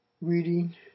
reading